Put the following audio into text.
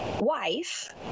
wife